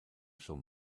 shall